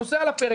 הנושא על הפרק.